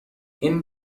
این